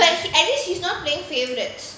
but at least he's not playing favourites